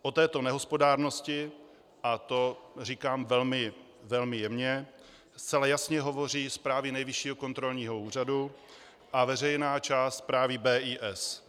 O této nehospodárnosti a to říkám velmi jemně zcela jasně hovoří zprávy Nejvyššího kontrolního úřadu a veřejná část zprávy BIS.